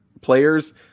players